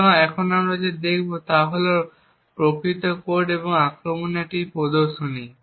সুতরাং আমরা এখন যা দেখব তা হল প্রকৃত কোড এবং আক্রমণের একটি প্রদর্শনী